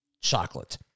chocolate